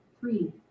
Three